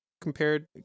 compared